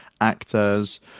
actors